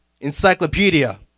Encyclopedia